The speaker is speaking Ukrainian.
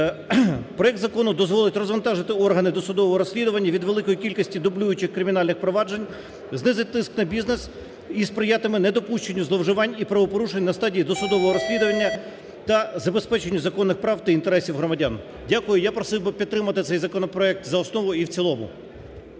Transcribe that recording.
Проект закону дозволить розвантажити органи досудового розслідування від великої кількості дублюючих кримінальних проваджень, знизить тиск на бізнес і сприятиме недопущенню зловживань і правопорушень на стадії досудового розслідування та забезпеченню законних прав та інтересів громадян. Дякую. Я просив би підтримати цей законопроект за основу і в цілому.